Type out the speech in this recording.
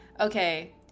Okay